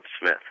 Smith